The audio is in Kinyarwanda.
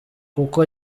kuko